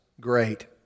great